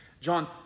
John